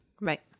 right